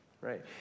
right